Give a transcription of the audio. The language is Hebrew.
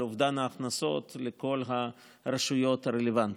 אובדן ההכנסות לכל הרשויות הרלוונטיות.